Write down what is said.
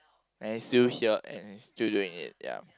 and is still here and is still doing it ya